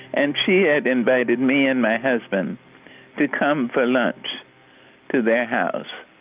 and she had invited me and my husband to come for lunch to their house.